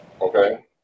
Okay